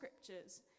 scriptures